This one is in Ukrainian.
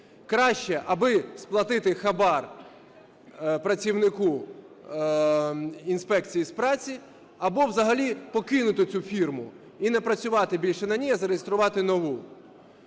краще, аби сплатити хабар працівнику інспекції з праці або взагалі покинути цю фірму і не працювати більше на ній, а зареєструвати нову.